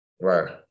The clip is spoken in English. Right